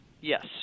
yes